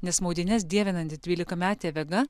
nes maudynes dievinanti dvylikametė vega